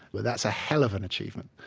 well that's a hell of an achievement.